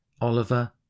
Oliver